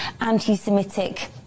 anti-Semitic